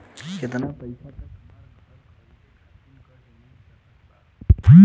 केतना पईसा तक हमरा घर खरीदे खातिर कर्जा मिल सकत बा?